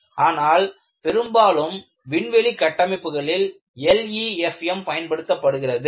ஆனால் பெரும்பாலும் விண்வெளி கட்டமைப்புகளில் LEFM பயன்படுத்தப்படுகிறது